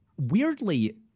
weirdly